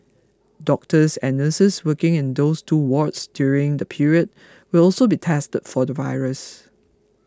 doctors and nurses working in those two wards during the period will also be tested for the virus